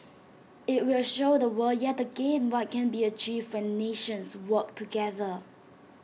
IT will show the world yet again what can be achieved when nations work together